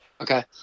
Okay